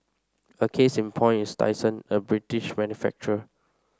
a case in point is Dyson a British manufacturer